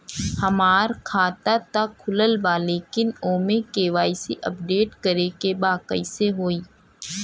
हमार खाता ता खुलल बा लेकिन ओमे के.वाइ.सी अपडेट करे के बा कइसे होई?